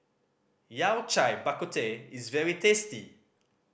Yao Cai Bak Kut Teh is very tasty